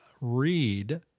read